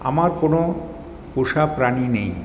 আমার কোন পোষা প্রাণী নেই